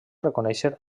reconèixer